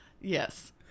yes